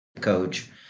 coach